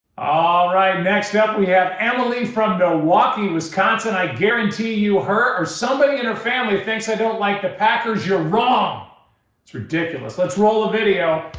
alright. next up we have emily from milwaukee, wisconsin. i guarantee you her or somebody in her family thinks i don't like the packers. you're wrong. that's ridiculous. let's roll the video.